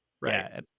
right